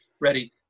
ready